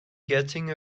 getting